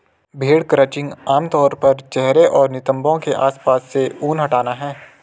भेड़ क्रचिंग आम तौर पर चेहरे और नितंबों के आसपास से ऊन हटाना है